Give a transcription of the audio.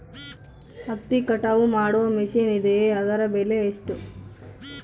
ಹತ್ತಿ ಕಟಾವು ಮಾಡುವ ಮಿಷನ್ ಇದೆಯೇ ಅದರ ಬೆಲೆ ಎಷ್ಟು?